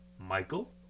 michael